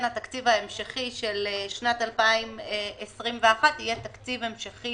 התקציב ההמשכי של שנת 2021 יהיה תקציב המשכי